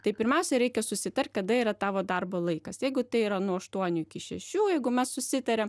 tai pirmiausia reikia susitart kada yra tavo darbo laikas jeigu tai yra nuo aštuonių iki šešių jeigu mes susitarėm